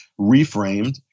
reframed